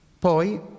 Poi